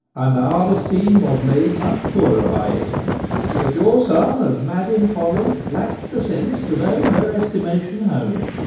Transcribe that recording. and our esteem was made much poorer by it but your son, as mad in folly, lack'd the sense to know her estimation home.